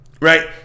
right